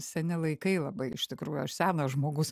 seni laikai labai iš tikrųjų aš senas žmogus